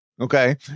Okay